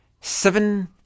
Seven